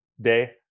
day